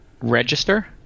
register